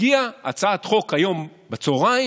הגיעה הצעת חוק היום בצוהריים,